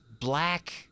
black